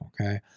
Okay